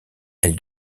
elle